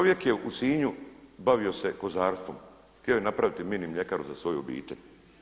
Čovjek je u Sinju bavio se kozarstvom, htio je napraviti mini mljekaru za svoju obitelj.